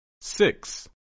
Six